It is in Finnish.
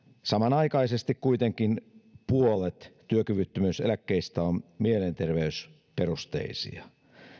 samanaikaisesti kuitenkin puolet työkyvyttömyyseläkkeistä on mielenterveysperusteisia